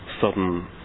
sudden